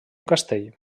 castell